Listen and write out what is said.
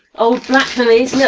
old blackberries. look,